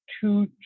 two